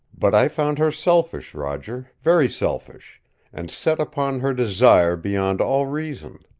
but i found her selfish, roger, very selfish and set upon her desire beyond all reason.